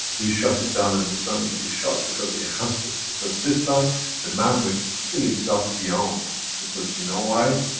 we shut it down. and this time it'll be shut because it has to. because, this time the man will kill himself beyond. because you know why?